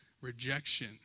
rejection